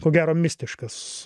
to gero mistiškas